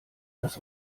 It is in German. das